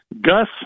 Gus